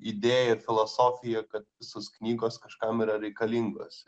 idėja ir filosofija kad visos knygos kažkam yra reikalingos